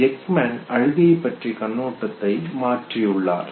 Ekman அழுகை பற்றிய கண்ணோட்டத்தை மாற்றியுள்ளார்